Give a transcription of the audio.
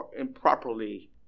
improperly